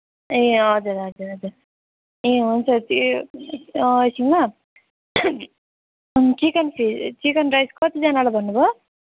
ए हजुर हजुर हजुर ए हुन्छ त्यो एकछिन ल चिकन फिस चिकन राइस कतिजनालाई भन्नुभयो